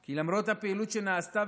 כי למרות הפעילות שנעשתה,